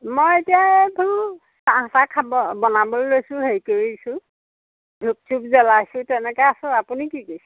মই এতিয়া ধৰোঁ চাহ তাহ খাব বনাবলৈ লৈছোঁ হেৰি কৰিছোঁ ধূপ চূপ জ্বলাইছোঁ তেনেকৈ আছোঁ আপুনি কি কৰিছে